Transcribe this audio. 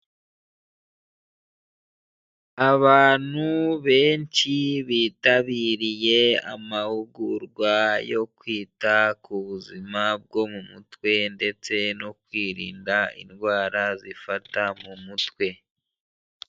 Abantu benshi bitabiriye amahugurwa yo kwita ku buzima bwo mu mutwe ndetse no kwirinda indwara zifata mu mutwe.